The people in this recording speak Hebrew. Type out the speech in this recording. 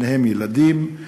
בתוכה ילדים.